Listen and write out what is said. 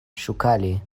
szukali